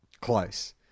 Close